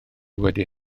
wedi